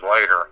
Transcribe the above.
later